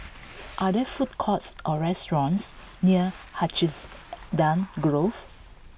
are there food courts or restaurants near Hacienda Grove